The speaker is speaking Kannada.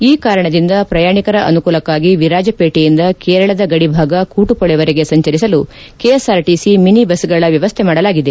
ಈ ಕಾರಣದಿಂದ ಪ್ರಯಾಣಿಕರ ಅನುಕೂಲಕ್ಕಾಗಿ ವಿರಾಜಪೇಟೆಯಿಂದ ಕೇರಳದ ಗಡಿ ಭಾಗ ಕೂಟುಪೊಳೆವರೆಗೆ ಸಂಚರಿಸಲು ಕೆಎಸ್ಆರ್ಪಿಸಿ ಮಿನಿ ಬಸ್ಗಳ ವ್ಯವಸ್ಥೆ ಮಾಡಲಾಗಿದೆ